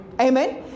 Amen